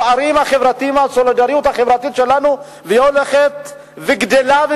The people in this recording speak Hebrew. הפערים החברתיים הולכים וגדלים,